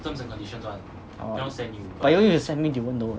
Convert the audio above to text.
oh but even if you send me they won't know what